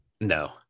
No